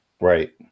Right